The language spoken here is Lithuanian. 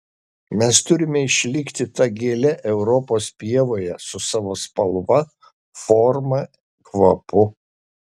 mes turime išlikti ta gėle europos pievoje su savo spalva forma kvapu